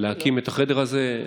להקים את החדר הזה.